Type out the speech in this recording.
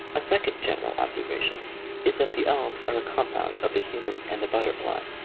a second general observation is that the elves are a compound of the human and the butterfly,